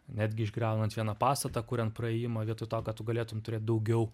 netgi išgriaunant vieną pastatą kuriant praėjimą vietoj to kad tu galėtum turėt daugiau